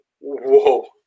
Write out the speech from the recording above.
Whoa